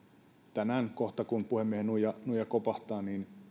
tänään kohta kun puhemiehen nuija kopahtaa